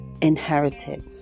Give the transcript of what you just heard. inherited